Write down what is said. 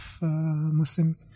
Muslim